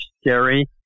scary